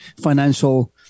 financial